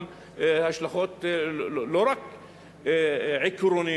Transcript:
יש לו השלכות לא רק עקרוניות,